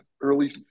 early